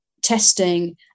testing